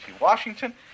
Washington